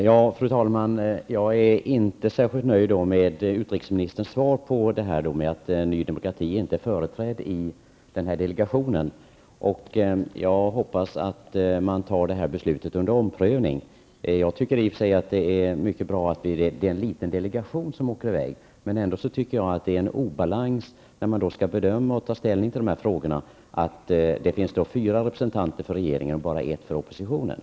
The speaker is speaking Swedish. Fru talman! Jag är inte särskilt nöjd med utrikesministerns svar på frågan varför Ny Demokrati inte är företrätt i delegationen till Sydafrika. Jag hoppas att man tar beslutet under omprövning. Jag tycker i och för sig att det är mycket bra att det är en liten delegation som åker till Sydafrika. Ändå tycker jag att det är en obalans, när man skall bedöma och ta ställning till dessa frågor, att det är fyra representanter för regeringen och bara en för oppositionen.